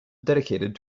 dedicated